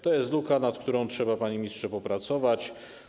To jest luka, nad którą trzeba, panie ministrze, popracować.